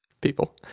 people